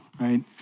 right